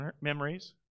memories